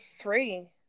three